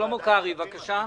שלמה קרעי, בבקשה.